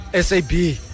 SAB